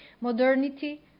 Modernity